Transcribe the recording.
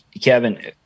Kevin